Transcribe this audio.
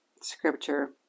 scripture